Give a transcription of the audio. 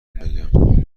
بگم